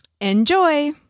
Enjoy